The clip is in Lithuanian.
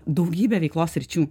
daugybę veiklos sričių